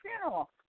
funeral